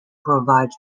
provides